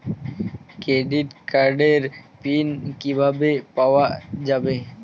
Credit কার্ডের pin কিভাবে পাওয়া যাবে?